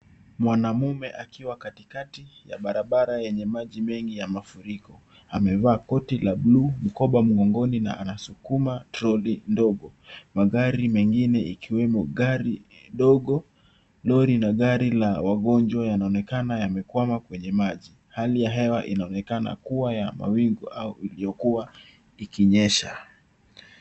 Mwanamume akiwa katikati ya barabara yenye maji mengi ya mafuriko. Amevaa koti la bluu, mkoba mgongoni na anasukuma troli ndogo. Magari mengine ikiwemo gari ndogo, lori na gari la wagonjwa yanaonekana yamekwama kwenye maji. Hali ya hewa inaonekana kuwa ya mawingu au iliyokuwa ikinyesha.